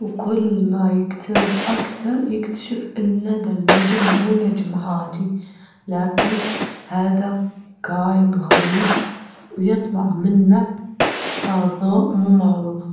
وكل ما يقترب أكتر يكتشف إن هادا النجم ما نجم عادي، لكن هادا كائن غريب بيطلع منه ضوء مو معروف.